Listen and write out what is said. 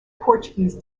portuguese